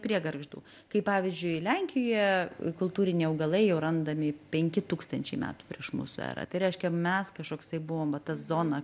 prie gargždų kai pavyzdžiui lenkijoje kultūriniai augalai jau randami penki tūkstančiai metų prieš mūsų erą tai reiškia mes kažkoksai buvom va ta zona